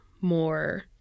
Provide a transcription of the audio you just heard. more